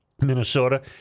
Minnesota